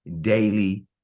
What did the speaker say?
daily